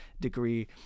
degree